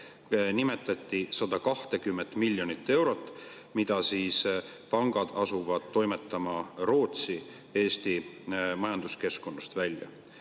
Nimetati 120 miljonit eurot, mida pangad asuvad toimetama Rootsi, Eesti majanduskeskkonnast välja.